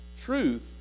truth